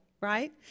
right